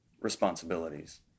responsibilities